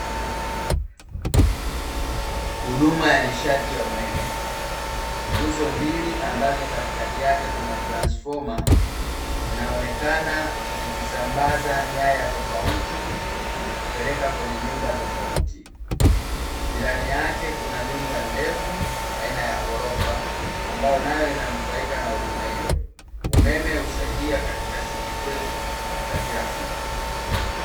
Huduma ya nishati ya umeme, nguzo mbili ambazo katikati yake kuna transfoma zinaonekana zikisambaza nyaya tofauti kupeleka kwenye nyumba tofauti. Jirani yake kuna nyumba ndefu aina ya ghorofa ambayo nayo inanufaika na huduma hiyo. Umeme husaidia katika shughuli zetu za kila siku.